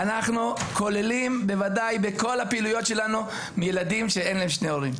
אנחנו כוללים בוודאי בכל הפעילויות שלנו ילדים שאין להם שני הורים.